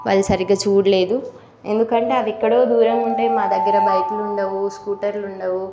వాళ్ళు సరిగ్గా చూడలేదు ఎందుకంటే అవి ఎక్కడో దూరంగా ఉంటాయి మా దగ్గర బైకులు ఉండవు స్కూటర్లు ఉండవు